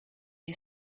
lay